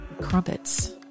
Crumpets